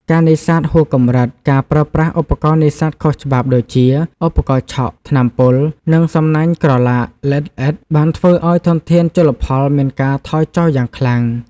ការនេសាទហួសកម្រិត ការប្រើប្រាស់ឧបករណ៍នេសាទខុសច្បាប់ដូចជា ឧបករណ៍ឆក់ ថ្នាំពុល និងសំណាញ់ក្រឡាល្អិតៗ បានធ្វើឲ្យធនធានជលផលមានការថយចុះយ៉ាងខ្លាំង។